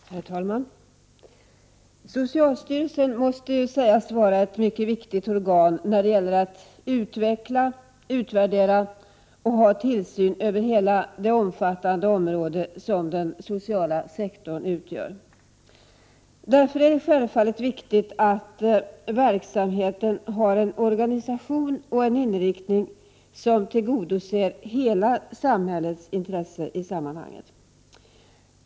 Herr talman! Socialstyrelsen måste sägas vara ett mycket viktigt organ när det gäller att utveckla, utvärdera och ha tillsyn över hela det omfattande område som den sociala sektorn utgör. Därför är det självfallet viktigt att verksamheten har en organisation och en inriktning som tillgodoser hela samhällets intresse i sammanhanget.